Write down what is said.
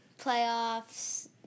playoffs